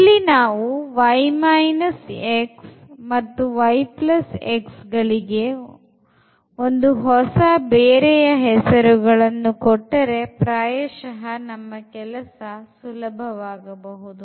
ಇಲ್ಲಿ ನಾವು y x ಮತ್ತು yx ಗಳಿಗೆ ಒಂದು ಹೊಸ ಬೇರೆಯ ಹೆಸರುಗಳನ್ನು ಕೊಟ್ಟರೆ ಪ್ರಾಯಶಃ ನಮ್ಮ ಕೆಲಸ ಸುಲಭವಾಗಬಹುದು